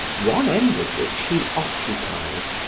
one end of which he occupied,